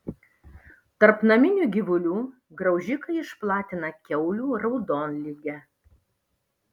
tarp naminių gyvulių graužikai išplatina kiaulių raudonligę